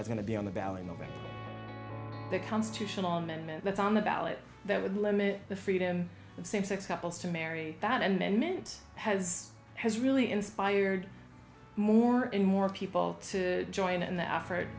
that's going to be on the ballot over the constitutional amendment that's on the ballot that would limit the freedom of same sex couples to marry that and then meet has has really inspired more and more people to join in the effort